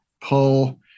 pull